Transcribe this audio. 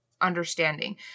understanding